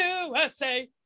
USA